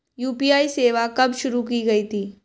UPI सेवा कब शुरू की गई थी?